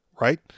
Right